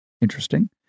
interesting